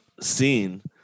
scene